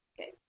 Okay